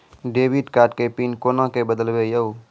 Debit card के PIN कोना के बदलबै यो?